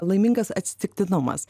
laimingas atsitiktinumas